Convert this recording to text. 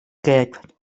kept